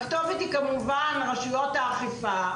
הכתובת היא כמובן רשויות אכיפה,